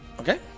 Okay